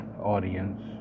audience